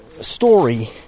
story